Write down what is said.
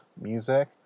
music